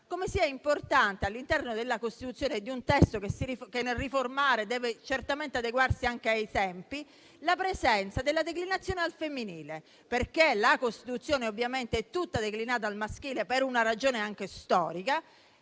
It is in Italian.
come sia importante all'interno della Costituzione, di un testo che nel riformare deve certamente adeguarsi anche ai tempi, la presenza della declinazione al femminile. La Costituzione è ovviamente tutta declinata al maschile per una ragione anche storica,